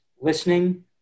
listening